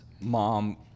mom